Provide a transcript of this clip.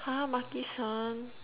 !huh! Makisan